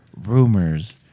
rumors